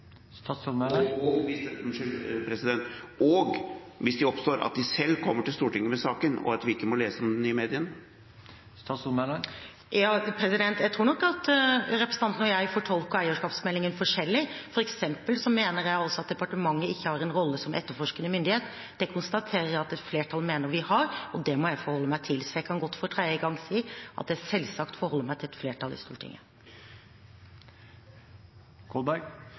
og – hvis det oppstår – at de selv kommer til Stortinget med saken, og at vi ikke må lese om den i mediene? Ja, jeg tror nok at representanten og jeg fortolker eierskapsmeldingen forskjellig. Jeg mener f.eks. at departementet ikke har en rolle som etterforskende myndighet. Det konstaterer jeg at et flertall mener vi har, og det må jeg forholde meg til, så jeg kan godt for tredje gang si at jeg selvsagt forholder meg til et flertall i Stortinget.